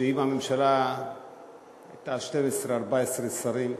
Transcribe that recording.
שאם הממשלה הייתה 12 14 שרים,